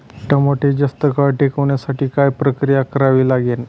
टमाटे जास्त काळ टिकवण्यासाठी काय प्रक्रिया करावी लागेल?